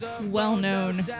well-known